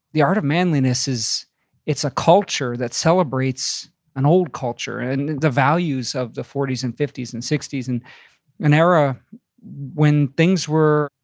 the art of manliness, it's a culture that celebrates an old culture and the values of the forty s and fifty s and sixty s and an era when things were,